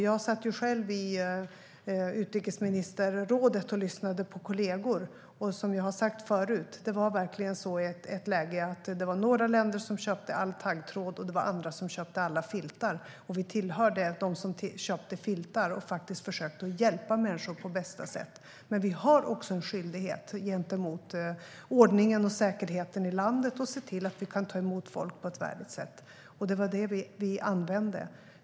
Jag satt själv i utrikesministerrådet och lyssnade på kollegor, och som jag har sagt förut var det i ett läge verkligen så att några länder köpte all taggtråd medan andra länder köpte alla filtar. Vi hörde till de länder som köpte filtar och faktiskt försökte hjälpa människor på bästa sätt. Vi har dock även en skyldighet gentemot ordningen och säkerheten i landet att se till att vi kan ta emot folk på ett värdigt sätt, och det var det vi gjorde.